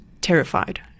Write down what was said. terrified